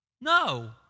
No